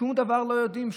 שום דבר לא יודעים.